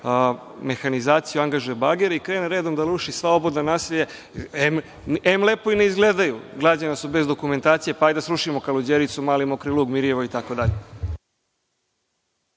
mehanizaciju, angažuje bagere i krene redom da ruši sva obodna naselja. Em lepo ni ne izgledaju, građena su bez dokumentacije, pa hajde da srušimo Kaluđericu, Mali Mokri Lug, Mirjevo itd.